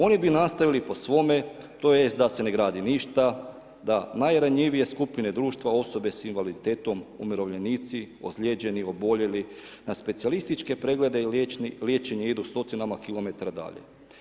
Oni bi nastavili po svome, tj. da se ne gradi ništa, da najranjivije skupine društva, osobe s invaliditetom umirovljenici, ozlijeđeni oboljeli, na specijalističke preglede, liječenje idu stotinama kilometara dalje.